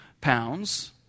pounds